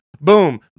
Boom